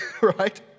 right